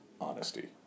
honesty